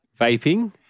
vaping